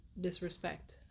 disrespect